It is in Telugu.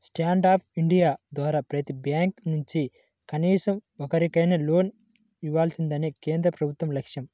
స్టాండ్ అప్ ఇండియా ద్వారా ప్రతి బ్యాంకు నుంచి కనీసం ఒక్కరికైనా లోన్ ఇవ్వాలన్నదే కేంద్ర ప్రభుత్వ లక్ష్యం